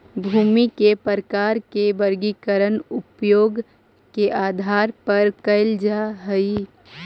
भूमि के प्रकार के वर्गीकरण उपयोग के आधार पर कैल जा हइ